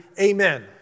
amen